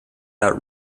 out